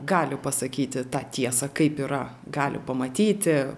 gali pasakyti tą tiesą kaip yra gali pamatyti